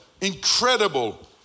incredible